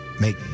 make